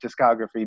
discography